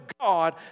God